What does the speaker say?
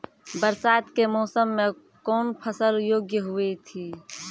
बरसात के मौसम मे कौन फसल योग्य हुई थी?